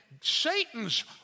Satan's